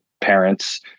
parents